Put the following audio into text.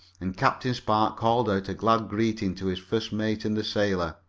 and captain spark called out a glad greeting to his first mate and the sailor.